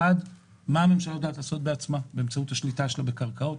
אחת - מה הממשלה יודעת לעשות בעצמה באמצעות השליטה שלה בקרקעות,